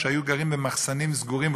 שהיו גרים במחסנים סגורים,